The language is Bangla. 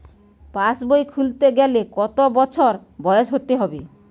পাশবই খুলতে গেলে কত বছর বয়স হতে হবে?